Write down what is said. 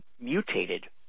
mutated